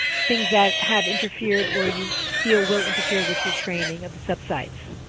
things that have interfered or you feel will interfere with your training of sub-sites?